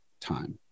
time